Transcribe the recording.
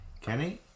Kenny